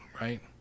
right